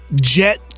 jet